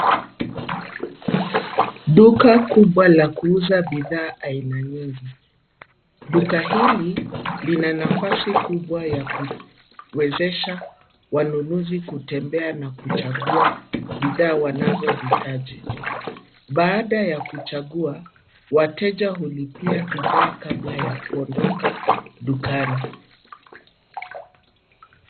Duka kubwa la kuuza bidhaa aina nyingi. Duka hili lina nafasi kubwa yakuwezesha wanunuzi kutembea na kuchagua bidhaa wanazohitaji. Baada ya kuchagua, wateja hulipia bidhaa kabla ya kuondoka dukani.